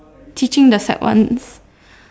teaching the sec ones